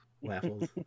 Waffles